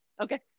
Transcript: Okay